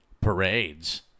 parades